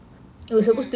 mm